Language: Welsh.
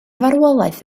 farwolaeth